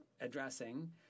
addressing